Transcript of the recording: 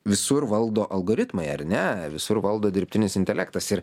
visur valdo algoritmai ar ne visur valdo dirbtinis intelektas ir